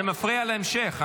זה מפריע להמשך,